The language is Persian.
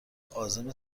عازم